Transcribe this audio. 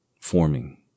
forming